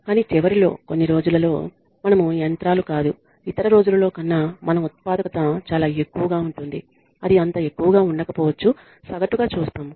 కానీ చివరిలో కొన్ని రోజులలో మనము యంత్రాలు కాదు ఇతర రోజులలో కన్నా మన ఉత్పాదకత చాలా ఎక్కువగా ఉంటుంది అది అంత ఎక్కువగా ఉండకపోవచ్చు సగటుగా చూస్తున్నాము